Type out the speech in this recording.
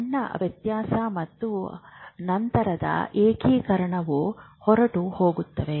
ಸಣ್ಣ ವ್ಯತ್ಯಾಸ ಮತ್ತು ನಂತರದ ಏಕೀಕರಣವು ಹೊರಟು ಹೋಗುತ್ತದೆ